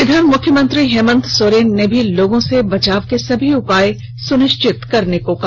इधर मुख्यमंत्री हेमंत सोरेन ने लोगों के बचाव के सभी उपाय सुनिश्चित करने को कहा